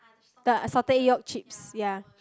the salted egg yolk chips ya